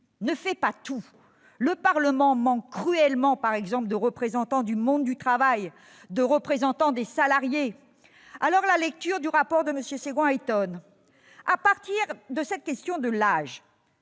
ne fait pas tout. Le Parlement manque cruellement, par exemple, de représentants du monde du travail, de représentants des salariés. La lecture du rapport de M. Segouin étonne. À partir de cette question de l'âge